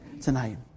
tonight